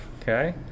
Okay